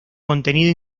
contenido